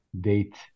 date